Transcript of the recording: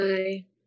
Bye